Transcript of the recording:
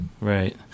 Right